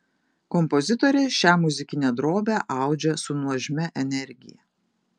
kompozitorė šią muzikinę drobę audžia su nuožmia energija